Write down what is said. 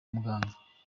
muganga